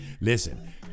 Listen